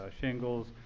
shingles